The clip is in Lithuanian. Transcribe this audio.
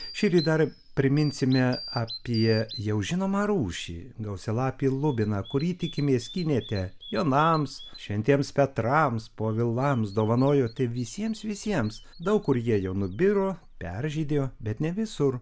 šįryt dar priminsime apie jau žinomą rūšį gausialapį lubiną kurį tikimės skynėte jonams šventiems petrams povilams dovanojote visiems visiems daug kur jie jau nubiro peržydėjo bet ne visur